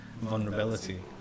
vulnerability